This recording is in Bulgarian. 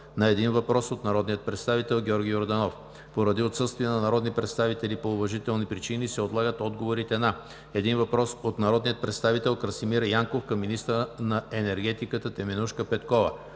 на един въпрос от народния представител Георги Йорданов. Поради отсъствие на народни представители по уважителни причини, се отлагат отговорите на: - един въпрос от народния представител Красимир Янков към министъра на енергетиката Теменужка Петкова.